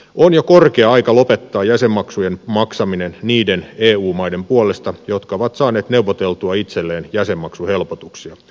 on jo korkea aika lopettaa jäsenmaksujen maksaminen niiden eu maiden puolesta jotka ovat saaneet neuvoteltua itselleen jäsenmaksuhelpotuksia